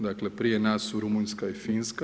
Dakle prije nas su Rumunjska i Finska.